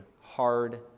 hard